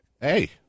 hey